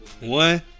One